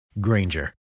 Granger